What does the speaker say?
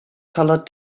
colored